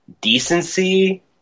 decency